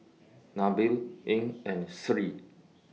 Nabil Ain and Sri